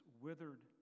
withered